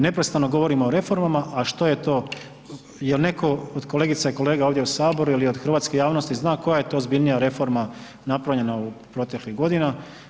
Neprestano govorimo o reformama a što je to, je li netko od kolegica i kolega ovdje u Saboru ili od hrvatske javnosti zna koja je to ozbiljnija reforma napravljena u proteklih godina.